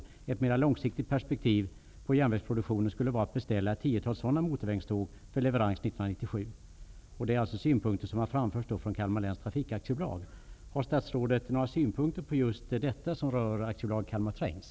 Ett mera långsiktigt perspektiv på järnvägsproduktionen skulle vara att beställa ett tiotal sådana motorvagnståg för leverans 1997. Det är alltså synpunkter som har framförts från Kalmar läns trafik AB. Har statsrådet några synpunkter på just detta som rör AB Kalmar Trains?